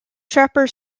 trapper